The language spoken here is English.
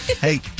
Hey